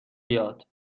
بیاد